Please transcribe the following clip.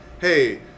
hey